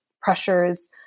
pressures